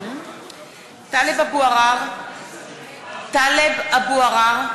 (קוראת בשמות חברי הכנסת) טלב אבו עראר,